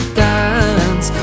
dance